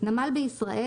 "נמל בישראל"